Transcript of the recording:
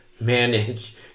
manage